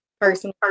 person